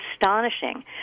astonishing